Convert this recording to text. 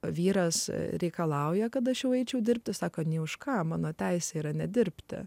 vyras reikalauja kad aš jau eičiau dirbti sako nė už ką mano teisė yra nedirbti